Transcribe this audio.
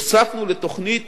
הוספנו לתוכנית